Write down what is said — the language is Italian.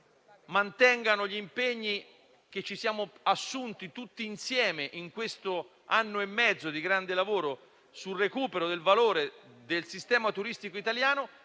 mantengano gli impegni che ci siamo assunti tutti insieme in questo anno e mezzo di grande lavoro sul recupero del valore del sistema turistico italiano,